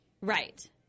Right